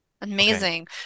Amazing